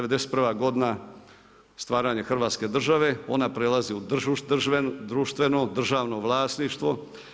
91. godina stvaranje Hrvatske države, ona prelazi u društveno, državno vlasništvo.